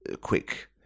quick